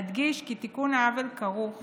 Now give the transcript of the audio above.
אדגיש כי תיקון העוול כרוך